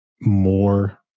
more